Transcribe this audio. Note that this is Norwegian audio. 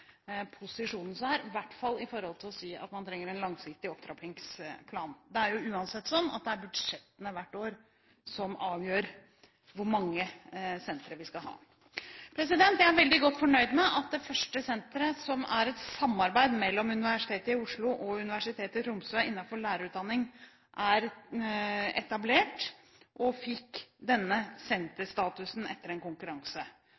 er jo uansett sånn at det er budsjettene hvert år som avgjør hvor mange sentre vi skal ha. Jeg er veldig godt fornøyd med at det første senteret, som er et samarbeid innenfor lærerutdanning mellom Universitetet i Oslo og Universitetet i Tromsø, er etablert og fikk denne senterstatusen etter en konkurranse.